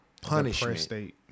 punishment